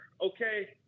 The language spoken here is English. okay